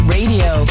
Radio